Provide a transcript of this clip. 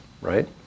right